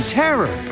terror